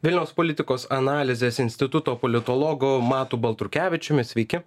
vilniaus politikos analizės instituto politologu matu baltrukevičiumi sveiki